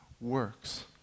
works